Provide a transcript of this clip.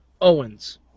Owens